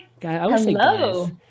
Hello